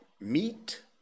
meat